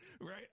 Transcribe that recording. right